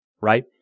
right